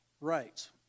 rights